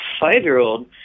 five-year-old